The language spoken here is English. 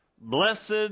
Blessed